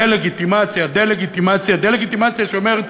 דה-לגיטימציה, דה-לגיטימציה, דה-לגיטימציה, שאומרת